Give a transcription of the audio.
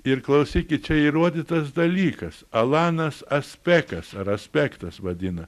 ir klausykit čia įrodytas dalykas alanas aspekas ar aspektas vadina